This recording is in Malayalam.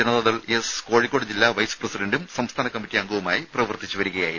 ജനതാദൾ എസ് കോഴിക്കോട് ജില്ലാ വൈസ് പ്രസിഡന്റും സംസ്ഥാന കമ്മിറ്റി അംഗവുമായി പ്രവർത്തിച്ചു വരികയായിരുന്നു